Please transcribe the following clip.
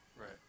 Right